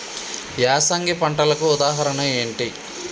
యాసంగి పంటలకు ఉదాహరణ ఏంటి?